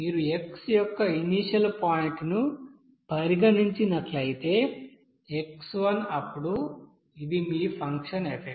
మీరు x యొక్క initial point ను పరిగణించినట్లయితే x1 అప్పుడు ఇది మీ ఫంక్షన్ f